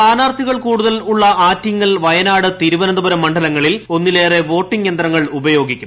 സ്ഥാനാർത്ഥികൾ കൂടുതൽ ഉള്ള ആറ്റിങ്ങൽ വയനാട് തിരു വനന്തപുരം മണ്ഡലങ്ങളിൽ ഒന്നിലേറെ വോട്ടിങ്ങ് യന്ത്രങ്ങൾ ഉപ യോഗിക്കും